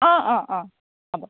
অ অ অ হ'ব